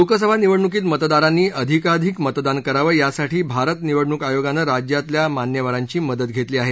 लोकसभा निवडणुकीत मतदारांनी अधिकाधिक मतदान करावे यासाठी भारत निवडणुक आयोगाने राज्यातील मान्यवरांची मदत घेतली आहे